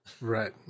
Right